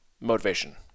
motivation